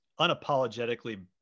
unapologetically